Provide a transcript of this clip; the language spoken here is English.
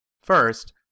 First